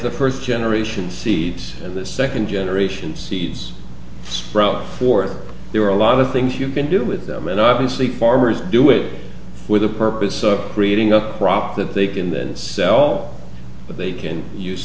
the first generation seeds the second generations seeds sprout or there are a lot of things you can do with them and obviously farmers do it with a purpose of creating a crop that they can this well that they can use